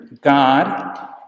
God